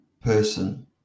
person